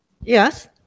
yes